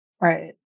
Right